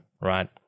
right